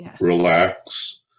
relax